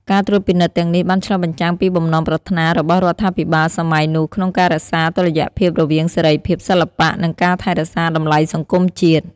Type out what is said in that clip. ការត្រួតពិនិត្យទាំងនេះបានឆ្លុះបញ្ចាំងពីបំណងប្រាថ្នារបស់រដ្ឋាភិបាលសម័យនោះក្នុងការរក្សាតុល្យភាពរវាងសេរីភាពសិល្បៈ និងការថែរក្សាតម្លៃសង្គមជាតិ។